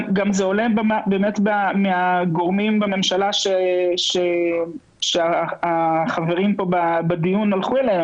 זה גם עולה מהגורמים בממשלה שהחברים פה בדיון הלכו אליהם.